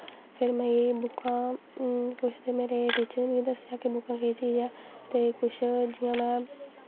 फिर में इ'यै बुक्कां कुश दिन च टीचरें मिगी दस्सेआ कि बुक्कां केह् चीज़ ऐ ते कुछ जि'यां में